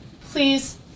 please